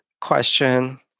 question